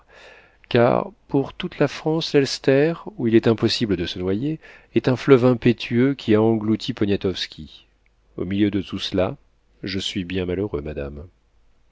car pour toute la france l'elster où il est impossible de se noyer est un fleuve impétueux qui a englouti poniatowski au milieu de tout cela je suis bien malheureux madame